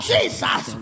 Jesus